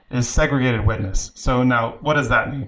is segregated witness. so now, what does that mean?